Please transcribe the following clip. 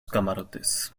camarotes